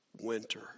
winter